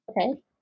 Okay